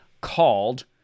called